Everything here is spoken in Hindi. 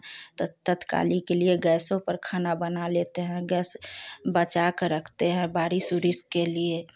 तो तत्काली के लिए गैसों पर खाना बना लेते है गैस बचाकर रखते हैं बारिश उरिश के लिए